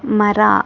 ಮರ